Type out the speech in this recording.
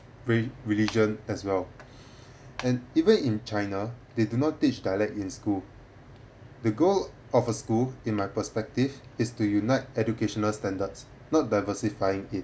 re~ religion as well and even in china they do not teach dialect in school the goal of a school in my perspective is to unite educational standards not diversifying it